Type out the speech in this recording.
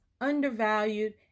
undervalued